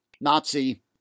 Nazi